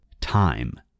time